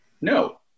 No